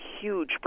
huge